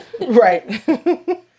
Right